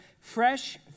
fresh